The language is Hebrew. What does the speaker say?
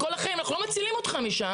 לא מצילים אותו.